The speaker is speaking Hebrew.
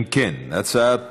אם כן, הצעת